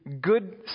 good